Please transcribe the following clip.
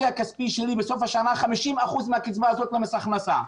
הכספי שלי בסוף השנה 50% מהקצבה הזאת למס הכנסה,